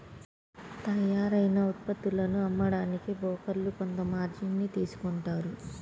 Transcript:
తయ్యారైన ఉత్పత్తులను అమ్మడానికి బోకర్లు కొంత మార్జిన్ ని తీసుకుంటారు